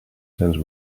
cents